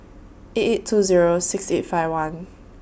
eight eight two Zero six eight five one